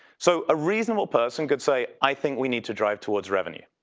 so a reasonable person could say, i think we need to drive towards revenue.